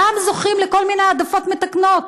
זוכים לכל מיני העדפות מתקנות.